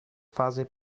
fase